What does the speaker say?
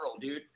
dude